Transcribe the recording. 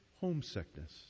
homesickness